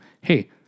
Hey